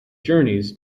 journeys